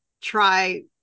try